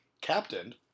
captained